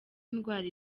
indwara